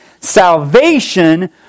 Salvation